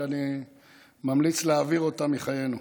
שאני ממליץ להעביר אותה מחיינו.